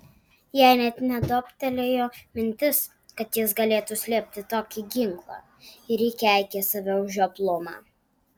jai net netoptelėjo mintis kad jis galėtų slėpti tokį ginklą ir ji keikė save už žioplumą